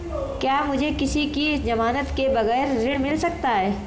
क्या मुझे किसी की ज़मानत के बगैर ऋण मिल सकता है?